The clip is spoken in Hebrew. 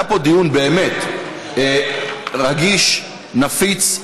היה פה דיון באמת רגיש, נפיץ.